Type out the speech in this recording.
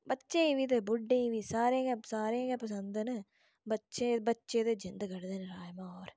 बच्चें बी ते बुड्डें ई बी सारें गै सारें गैपसंद न बच्चे ते जिंद कडदे न राजमांओर